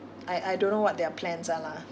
I I don't know what their plans are lah